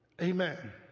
Amen